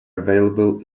available